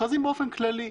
מכרזים באופן כללי.